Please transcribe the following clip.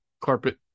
carpet